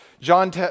John